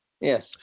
Yes